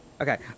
Okay